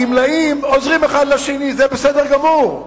הגמלאים עוזרים אחד לשני, זה בסדר גמור,